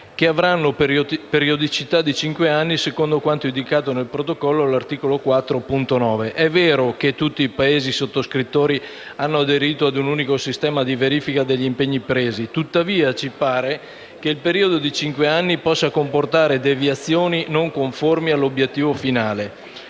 che avranno periodicità di cinque anni, secondo quanto indicato nel Protocollo, all'articolo 4, punto 9). È vero che tutti i Paesi sottoscrittori hanno aderito a un unico sistema di verifica degli impegni presi, tuttavia ci pare che il periodo di cinque anni possa comportare deviazioni non conformi all'obiettivo finale